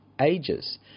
ages